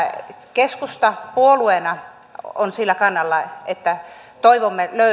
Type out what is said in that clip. keskusta puolueena on sillä kannalla että toivomme